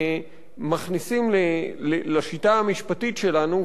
שמכניסים לשיטה המשפטית שלנו.